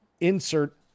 insert